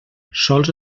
sols